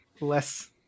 less